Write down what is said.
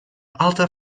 alta